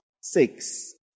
six